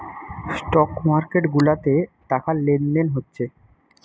stock market গুলাতে টাকা লেনদেন হচ্ছে